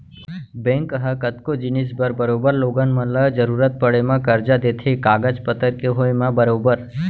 bank ह कतको जिनिस बर बरोबर लोगन मन ल जरुरत पड़े म करजा देथे कागज पतर के होय म बरोबर